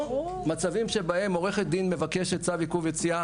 או מצבים שבהם עורכת דין מבקשת צו עיכוב יציאה